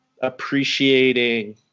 appreciating